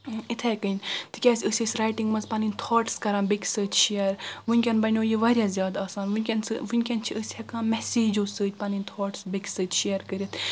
اتھے کٔنۍ تہِ کیاز أسۍ ٲسۍ رایٹنگ منٛز پنٕنۍ تھاٹٕس کران بیٚکس سۭتۍ شیر وُنکیٚن بنیو یہِ واریاہ زیادٕ آسان ونکیٚن ژٕ ونکیٚن چھ أسۍ ہیٚکان میٚسیجو سۭتۍ پنٕنۍ تھاٹٕس بیٚکس سۭتۍ شیر کٔرتھ